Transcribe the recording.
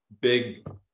big